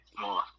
more